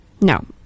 No